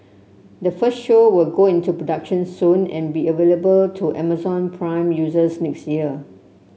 the first show will go into production soon and be available to Amazon Prime users next year